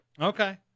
Okay